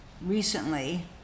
recently